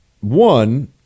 one